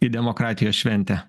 į demokratijos šventę